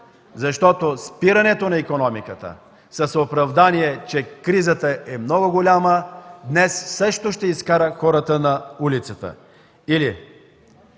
Спирането на икономиката с оправданието, че днес кризата е много голяма, също ще изкара хората на улицата.